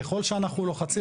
ככל שאנחנו לוחצים,